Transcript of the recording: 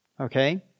okay